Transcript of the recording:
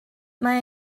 mae